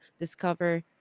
discover